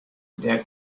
der